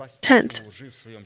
Tenth